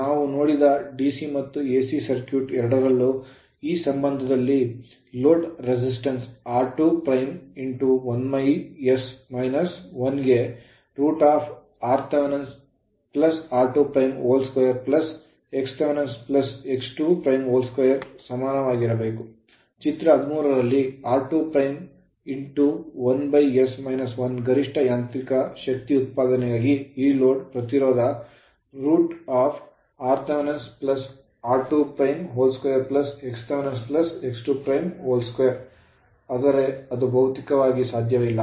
ನಾವು ನೋಡಿದ d c ಮತ್ತು a c ಸರ್ಕ್ಯೂಟ್ ಎರಡರಲ್ಲೂ ಈ ಸಂದರ್ಭದಲ್ಲಿ ಲೋಡ್ resistance ಪ್ರತಿರೋಧಕ r21s 1 ಗೆ rthr22xthx22 ಸಮನಾಗಿರಬೇಕು ಚಿತ್ರ 13 ರಲ್ಲಿ r21s 1 ಗರಿಷ್ಠ ಯಾಂತ್ರಿಕ ಶಕ್ತಿಯ ಉತ್ಪಾದನೆಗಾಗಿ ಈ ಲೋಡ್ ಪ್ರತಿರೋಧವು rthr22xthx22 ಆದರೆ ಅದು ಭೌತಿಕವಾಗಿ ಸಾಧ್ಯವಿಲ್ಲ